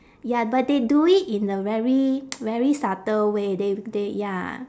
ya but they do it in a very very subtle way they they ya